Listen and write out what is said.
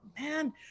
man